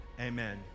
Amen